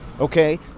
okay